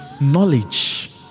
knowledge